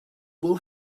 will